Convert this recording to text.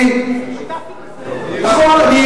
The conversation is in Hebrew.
את שרה, שרה, רק שרה.